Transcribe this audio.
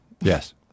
Yes